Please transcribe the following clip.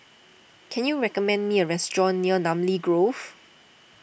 can you recommend me a restaurant near Namly Grove